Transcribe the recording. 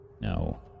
No